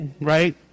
right